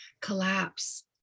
collapse